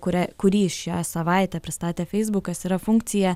kurią kurį šią savaitę pristatė feisbukas yra funkcija